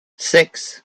six